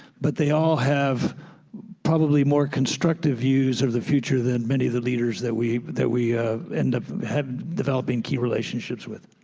but they all have probably more constructive views of the future than many of the leaders that we that we end up developing key relationships with.